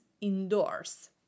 indoors